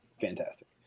fantastic